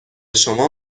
شما